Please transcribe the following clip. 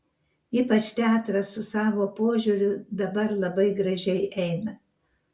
ypač teatras su savo požiūriu dabar labai gražiai eina